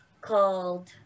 called